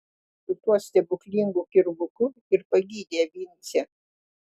su tuo stebuklingu kirvuku ir pagydė vincę